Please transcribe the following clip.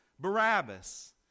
Barabbas